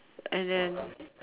and then